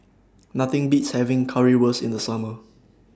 Nothing Beats having Currywurst in The Summer